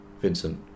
Vincent